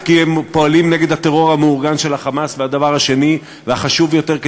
כי הם פועלים נגד הטרור המאורגן של ה"חמאס"; והדבר השני והחשוב ביותר,